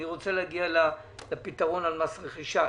אני רוצה להגיע לפתרון על מס רכישה.